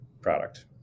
product